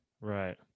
right